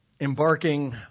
embarking